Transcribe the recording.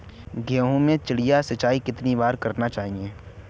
गेहूँ में चिड़िया सिंचाई कितनी बार करनी चाहिए?